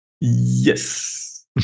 Yes